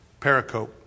paracope